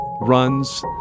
runs